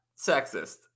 sexist